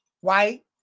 White